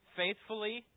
faithfully